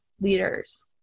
leaders